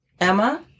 Emma